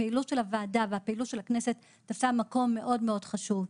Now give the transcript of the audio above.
הפעילות של הוועדה והפעילות של הכנסת תפסה מקום מאוד מאוד חשוב.